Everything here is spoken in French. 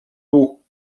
beau